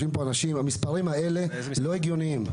המספרים האלה לא הגיוניים.